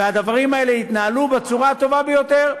והדברים האלה התנהלו בצורה הטובה ביותר.